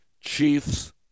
Chiefs